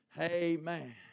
Amen